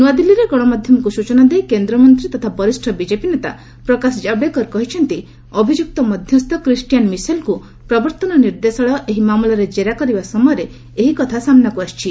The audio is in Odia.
ନୂଆଦିଲ୍ଲୀରେ ଗଣମାଧ୍ୟମକୁ ସୂଚନା ଦେଇ କେନ୍ଦ୍ରମନ୍ତ୍ରୀ ତଥା ବରିଷ୍ଠ ବିଜେପି ନେତା ପ୍ରକାଶ ଜାଭଡେକର କହିଛନ୍ତି ଅଭିଯୁକ୍ତ ମଧ୍ୟସ୍କୁ କ୍ରିଷ୍ଟିଆନ୍ ମିସେଲ୍ଙ୍କୁ ପ୍ରବର୍ତ୍ତନ ନିର୍ଦ୍ଦେଶାଳୟ ଏହି ମାମଲାରେ କେରା କରିବା ସମୟରେ ଏହି କଥା ସାମ୍ବାକୁ ଆସିଛି